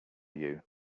you